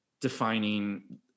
defining